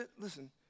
listen